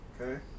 Okay